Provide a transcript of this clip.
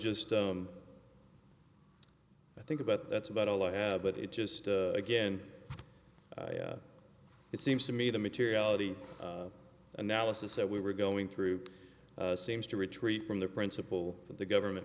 just i think about that's about all i have but it just again it seems to me the materiality analysis that we were going through seems to retreat from the principle that the government